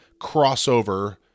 crossover